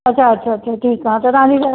अच्छा अच्छा अच्छा त ठीक आहे त तव्हां जी सर्विस त